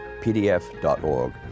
pdf.org